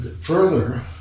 further